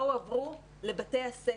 לא הועברו לבתי הספר.